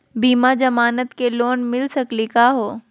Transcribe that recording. बिना जमानत के लोन मिली सकली का हो?